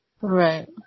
Right